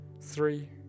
Three